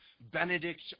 Benedict